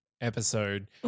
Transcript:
episode